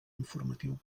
informatiu